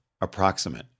approximate